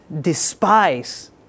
despise